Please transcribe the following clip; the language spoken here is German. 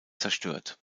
zerstört